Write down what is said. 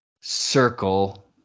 circle